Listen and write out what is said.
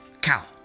cow